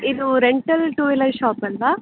ಇದು rental two wheeler shop ಅಲ್ಲವಾ